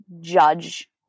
judge